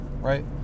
right